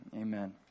amen